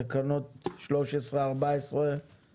הצבעה תקנות 13 ו-14 אושרו